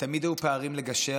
תמיד היו פערים לגשר,